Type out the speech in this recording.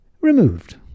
removed